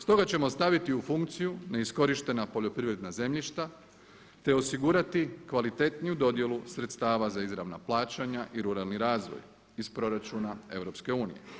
Stoga ćemo staviti u funkciju neiskorištena poljoprivredna zemljišta te osigurati kvalitetniju dodjelu sredstava za izravna plaćanja i ruralni razvoj iz proračuna EU.